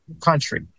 country